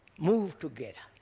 move together,